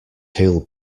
he’ll